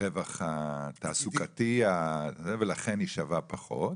הרווח התעסוקתי, ולכן היא שווה פחות.